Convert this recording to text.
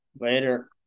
Later